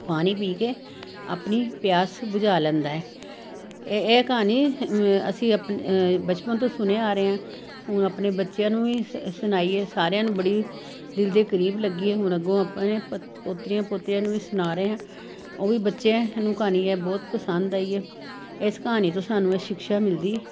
ਪਾਣੀ ਪੀ ਕੇ ਆਪਣੀ ਪਿਆਸ ਬੁਝਾ ਲੈਂਦਾ ਐ ਐਹ ਕਹਾਣੀ ਅਸੀਂ ਬਚਪਨ ਤੋਂ ਸੁਣੇ ਆ ਰਹੇ ਆਂ ਹੁਣ ਆਪਣੇ ਬੱਚਿਆਂ ਨੂੰ ਵੀ ਸੁਣਾਈਏ ਸਾਰਿਆਂ ਨੂੰ ਬੜੀ ਦਿਲ ਦੇ ਕਰੀਬ ਲੱਗੀ ਐ ਹੁਣ ਅੱਗੋਂ ਆਪਣੇ ਪੋਤਰੀਆਂ ਪੋਤਰੀ ਨੂੰ ਵੀ ਸੁਣਾ ਰਹੇ ਆਂ ਉਹ ਵੀ ਬੱਚਿਆਂ ਨੂੰ ਕਹਾਣੀ ਐਹ ਬਹੁਤ ਪਸੰਦ ਆਈ ਐ ਇਸ ਕਹਾਣੀ ਤੋਂ ਸਾਨੂੰ ਐ ਸਿਕਸ਼ਾ ਮਿਲਦੀ